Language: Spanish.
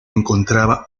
encontraba